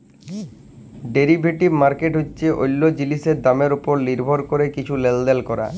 derivative market হছে অল্য জিলিসের দামের উপর লির্ভর ক্যরে কিছু লেলদেল ক্যরা